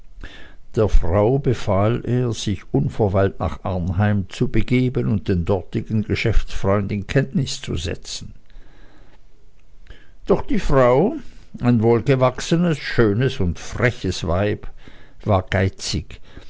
der frau befahl er sich unverweilt nach arnheim zu begeben und den dortigen geschäftsfreund in kenntnis zu setzen doch die frau ein wohlgewachsenes schönes und freches weib war geizig